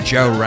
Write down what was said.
Joe